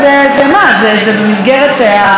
זה במסגרת החקירה?